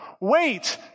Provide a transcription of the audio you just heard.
wait